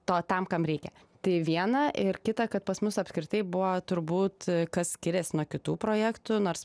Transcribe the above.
to tam kam reikia tai viena ir kita kad pas mus apskritai buvo turbūt kas skirias nuo kitų projektų nors